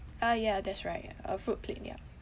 ah yeah that's right a fruit plate yeah